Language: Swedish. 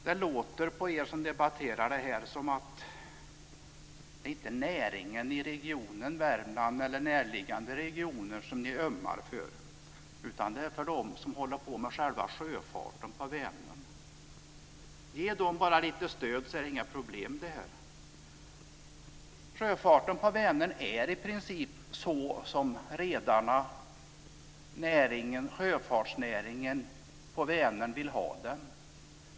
Det låter på er som debatterar detta som om det inte är näringen i regionen Värmland eller närliggande regioner som ni ömmar för. Ni ömmar för dem som håller på med själva sjöfarten på Vänern. Ge dem bara lite stöd så är detta inget problem! Sjöfarten på Vänern är i princip så som redarna och sjöfartsnäringen på Vänern vill ha den.